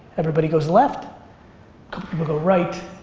everybody goes left, couple people go right.